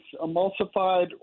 emulsified